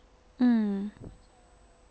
mm